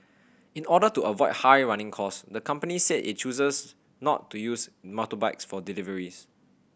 in order to avoid high running costs the company said it chooses not to use motorbikes for deliveries